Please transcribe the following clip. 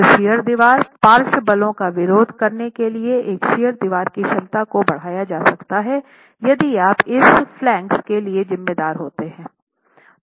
तो शियर दीवार पार्श्व बलों का विरोध करने के लिए एक शियर दीवार की क्षमता को बढ़ाया जा सकता है यदि आप इस फ्लांगेस के लिए जिम्मेदार होते हैं